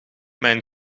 mijn